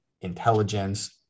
intelligence